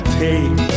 take